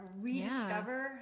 rediscover